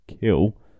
kill